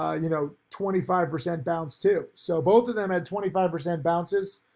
you know, twenty five percent bounce too. so both of them had twenty five percent bounces,